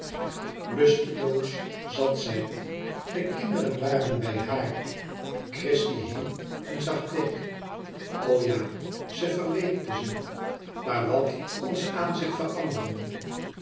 lusteloos zat zij de kinderen waren bij haar christie hing en zag bleek o ja ze verweekte ze maar wat kon ze aan zich veranderen